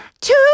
two